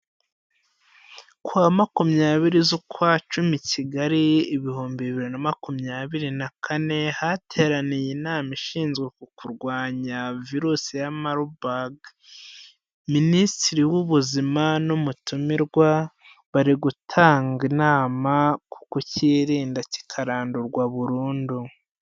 Ku wa makumyabiri z'ukwacumi i Kigali, ibihumbi bibiri na makumyabiri na kane, hateraniye inama ishinzwe ku kurwanya virusi ya marburg. Minisitiri w'Ubuzima n'umutumirwa bari gutanga inama ku kucyirinda kikarandurwa burundu.